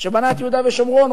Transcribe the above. שבנה את יהודה ושומרון,